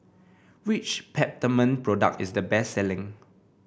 which Peptamen product is the best selling